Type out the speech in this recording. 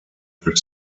their